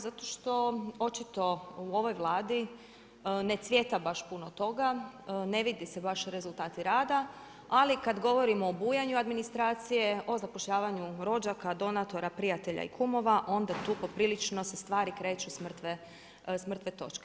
Zato što očito u ovoj Vladi ne cvjeta baš puno toga, ne vidi se baš rezultati rada, ali kada govorimo o bujanju administracije, o zapošljavanju rođaka, donatora, prijatelja i kumova onda tu poprilično se stvari kreću s mrtve točke.